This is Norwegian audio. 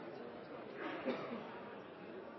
ansette